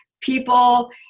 people